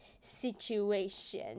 situation